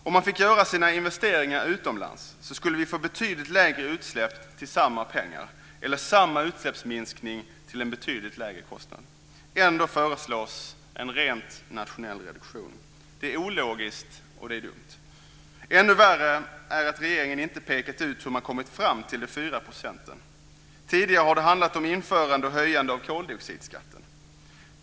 Om man fick göra investeringar utomlands skulle vi få betydligt lägre utsläpp för samma pengar eller en likvärdig utsläppsminskning till en betydligt lägre kostnad. Ändå föreslås en nationell reduktion. Det är ologiskt och dumt. Ännu värre är att regeringen inte har pekat ut hur man har kommit fram till de fyra procenten. Tidigare har det handlat om införande och höjande av koldioxidskatten.